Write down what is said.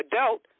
adult